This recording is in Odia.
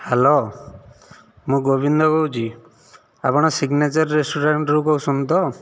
ହ୍ୟାଲୋ ମୁଁ ଗୋବିନ୍ଦ କହୁଛି ଆପଣ ସିଗନେଚର୍ ରେଷ୍ଟୁରାଣ୍ଟରୁ କହୁଛନ୍ତି ତ